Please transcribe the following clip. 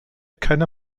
keiner